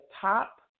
top